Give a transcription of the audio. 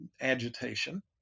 agitation